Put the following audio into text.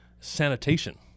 sanitation